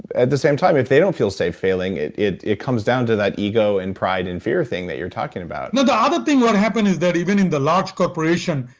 at the same time, if they don't feel safe failing, it it comes down to that ego, and pride, and fear thing that you're talking about no, the other thing what happen that even in the large corporation,